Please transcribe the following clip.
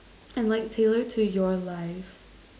and like tailored to your life